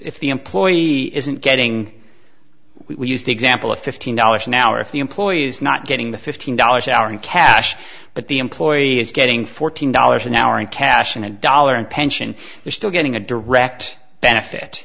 if the employee isn't getting used example of fifteen dollars an hour if the employer is not getting the fifteen dollars an hour in cash but the employee is getting fourteen dollars an hour in cash in a dollar and pension you're still getting a direct benefit